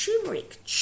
turmeric